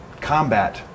combat